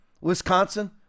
Wisconsin